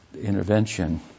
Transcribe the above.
intervention